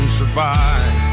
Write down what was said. survive